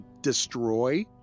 destroy